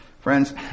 Friends